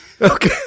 Okay